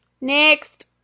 Next